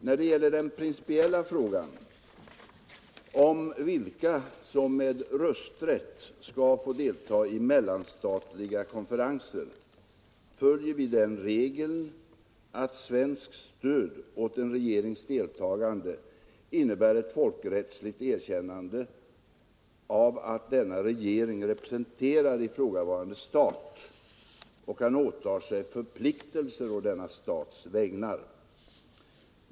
När det gäller den principiella frågan om vilka som med rösträtt skall få delta i mellanstatliga konferenser följer vi den regeln att svenskt stöd åt en regerings deltagande innebär ett folkrättsligt erkännande av att denna regering representerar ifrågavarande stat och kan åta sig förpliktelser å denna stats vägnar.